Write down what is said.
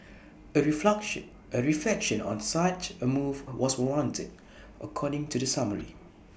A refluxing reflection on such A move was warranted according to the summary